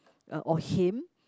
or him